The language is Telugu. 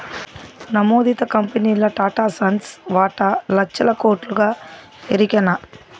నమోదిత కంపెనీల్ల టాటాసన్స్ వాటా లచ్చల కోట్లుగా ఎరికనా